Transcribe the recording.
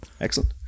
excellent